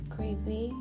Creepy